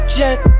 jet